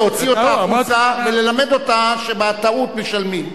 להוציא אותה החוצה וללמד אותה שעל הטעות משלמים.